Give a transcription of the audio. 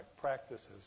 practices